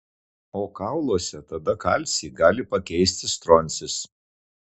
o kauluose tada kalcį gali pakeisti stroncis